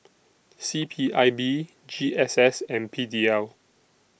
C P I B G S S and P D L